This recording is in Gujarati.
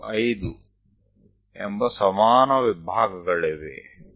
તેથી 12345 સમાન ભાગો ત્યાં છે